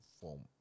form